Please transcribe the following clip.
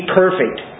perfect